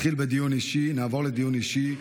נעבור לדיון אישי.